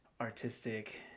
artistic